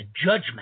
judgment